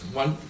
one